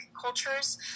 cultures